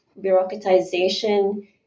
bureaucratization